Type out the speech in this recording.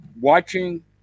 watching